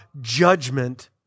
judgment